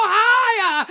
higher